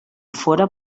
fóra